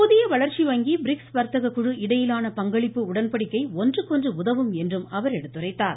புதிய வளர்ச்சி வங்கி பிரிக்ஸ் வர்த்தக குழு இடையிலான பங்களிப்பு உடன்படிக்கை ஒன்றுக்கொன்று உதவும் என்றும் அவர் எடுத்துரைத்தார்